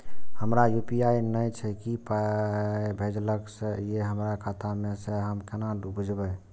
हमरा यू.पी.आई नय छै कियो पाय भेजलक यै हमरा खाता मे से हम केना बुझबै?